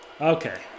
Okay